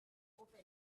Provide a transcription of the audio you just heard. open